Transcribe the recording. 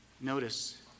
Notice